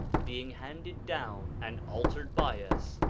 being handed down and altered by us,